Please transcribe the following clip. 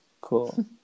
cool